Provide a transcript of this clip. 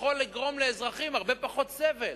יכול לגרום לאזרחים הרבה פחות סבל.